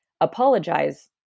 apologize